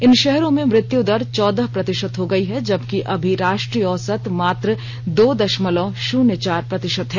इन शहरों में मृत्यु दर चौदह प्रतिशत हो गयी है जबकि अभी राष्ट्रीय औसत मात्र दो दशमलव शून्य चार प्रतिशत है